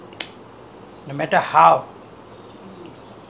grandchildren are the priority in the family